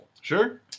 sure